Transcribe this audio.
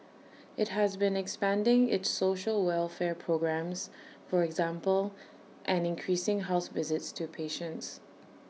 IT has been expanding its social welfare programmes for example and increasing house visits to patients